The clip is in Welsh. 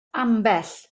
ambell